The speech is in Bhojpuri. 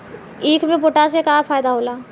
ईख मे पोटास के का फायदा होला?